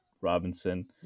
Robinson